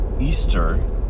Easter